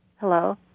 Hello